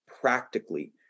practically